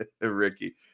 Ricky